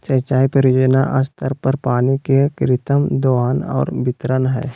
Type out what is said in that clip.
सिंचाई परियोजना स्तर पर पानी के कृत्रिम दोहन और वितरण हइ